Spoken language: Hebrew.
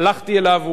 הלכתי אליו,